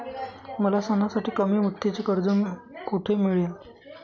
मला सणासाठी कमी मुदतीचे कर्ज कोठे मिळेल?